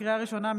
לקריאה ראשונה,